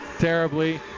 terribly